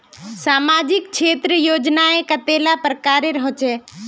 सामाजिक क्षेत्र योजनाएँ कतेला प्रकारेर होचे?